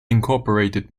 incorporated